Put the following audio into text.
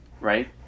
right